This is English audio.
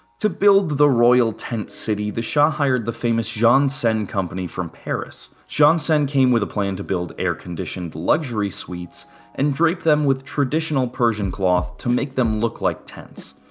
to build the royal tent city, the shah hired the famous jansen company from paris. jansen came with a plan to build air-conditioned luxury suits and drape them in traditional persian cloth to make them look like tents.